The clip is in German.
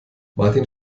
martin